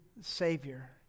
Savior